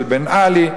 של בן-עלי,